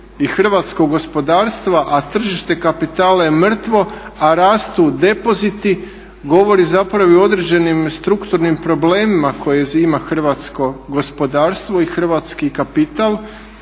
hrvatskog gospodarstva a tržište kapitala je mrtvo a rastu depoziti govori zapravo i o određenim strukturnim problemima koje ima hrvatsko gospodarstvo i hrvatski kapital